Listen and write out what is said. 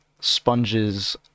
sponges